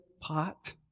pot